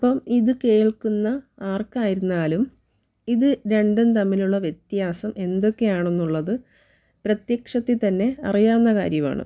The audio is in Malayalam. അപ്പം ഇത് കേൾക്കുന്ന ആർക്കായിരുന്നാലും ഇത് രണ്ടും തമ്മിലുള്ള വ്യത്യാസം എന്തൊക്കെയാണെന്നുള്ളത് പ്രത്യക്ഷത്തിൽ തന്നെ അറിയാവുന്ന കാര്യമാണ്